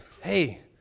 hey